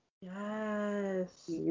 yes